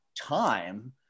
time